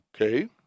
Okay